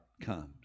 comes